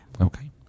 Okay